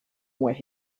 where